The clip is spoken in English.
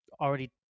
already –